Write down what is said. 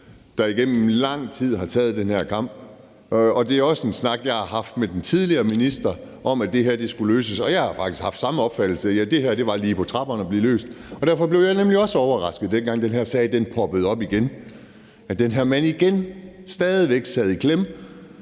der igennem lang tid har taget den her kamp. Det er også en snak, jeg har haft med den tidligere minister om, at det her skulle løses, og jeg har faktisk haft samme opfattelse af, at det her var lige på trapperne i forhold til at blive løst. Derfor blev jeg også overrasket, den gang den her sag poppede op igen; man sad stadig i klemme.